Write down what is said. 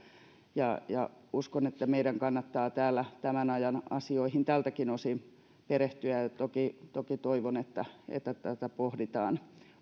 ja ja uskon että meidän kannattaa täällä tämän ajan asioihin tältäkin osin perehtyä toki toki toivon että että tätä pohditaan